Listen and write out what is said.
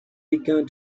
began